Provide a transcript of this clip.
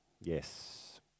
Yes